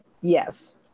Yes